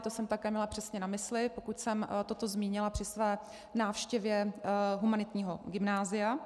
To jsem také měla přesně na mysli, pokud jsem toto zmínila při své návštěvě humanitního gymnázia.